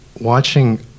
watching